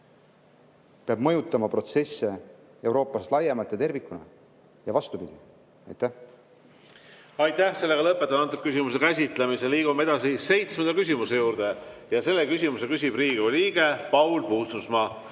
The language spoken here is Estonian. peab mõjutama protsesse Euroopas laiemalt ja tervikuna, ja vastupidi.